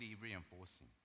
reinforcing